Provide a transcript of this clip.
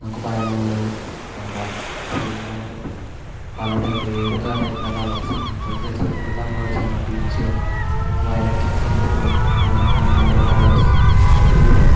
നമുക്ക് പറയാൻ തോന്നുന്നത് നമ്മുടെ റെയിൻബോനെ പറ്റിയാണ് പല ടൈപ്പ് ഏഴൊക്ക ടൈപ്പിൽ കളേഴ്സ് നമ്മുടെ ചെറുപ്പത്തിൽ പറഞ്ഞ് പഠിച്ചിട്ടുണ്ടാവും വിബ്ജിയോർ വയലറ്റ് ഇൻഡിഗോ എന്ന് പറഞ്ഞിട്ട് അങ്ങനെ ഓരോ കളേഴ്സ് ടിൽ റെഡ്